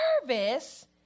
service